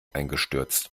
eingestürzt